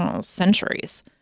centuries